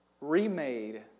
remade